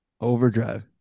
Overdrive